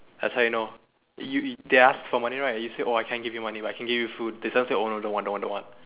that's how you know you if they ask for money right you say oh I can't give you money right but I can give you food they just say don't want don't want don't want